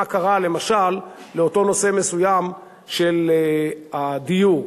מה קרה למשל לאותו נושא מסוים של הדיור,